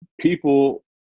people